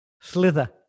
Slither